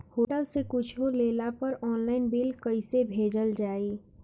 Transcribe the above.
Hotel से कुच्छो लेला पर आनलाइन बिल कैसे भेजल जाइ?